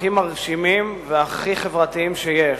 הכי מרשימים והכי חברתיים שיש.